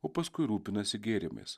o paskui rūpinasi gėrimais